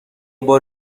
بار